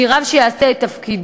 כי רב שיעשה את תפקידו,